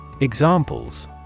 EXAMPLES